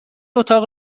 اتاق